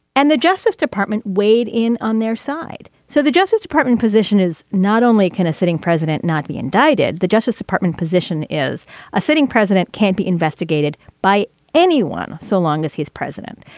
and the justice department weighed in on their side. so the justice department position is not only can a sitting president not be indicted. the justice department position is a sitting president can't be investigated by anyone so long as he's president.